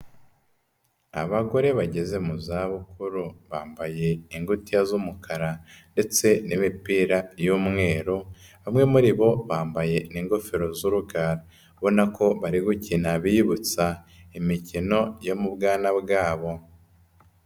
Abagore bageze mu zabukuru, bambaye ingutiya z'umukara ndetse n'imipira y'umweru, bamwe muri bo, bambaye n'ingofero z'urugarabona. ubona ko bari gukina biyibutsa imikino yo mu bwana bwabo.